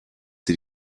sie